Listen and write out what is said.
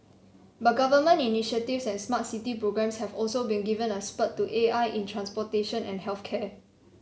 but government initiatives and smart city programs have also given a spurt to A I in transportation and health care